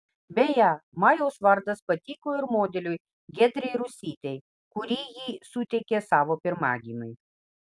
beje majaus vardas patiko ir modeliui giedrei rusytei kuri jį suteikė savo pirmagimiui